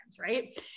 right